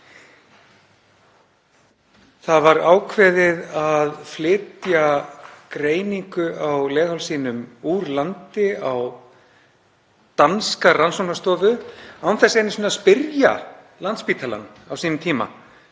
Það var ákveðið að flytja greiningu á leghálssýnum úr landi, á danska rannsóknarstofu, án þess einu sinni að spyrja Landspítalann á sínum tíma